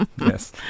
yes